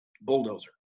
bulldozer